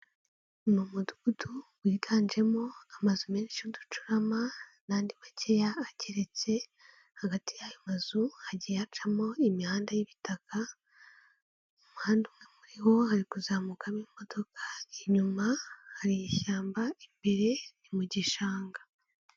Ni umudugudu wiganjemo amazu menshi y'uducurama n'andi makeya ageretse; hagati y'ayo mazu hagiye hacamo imihanda y'ibitaka, umuhanda umwe muri yo hari kuzamukamo imodoka, inyuma hari ishyamba, imbere ni mu gishanga.